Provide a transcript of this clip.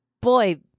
Boy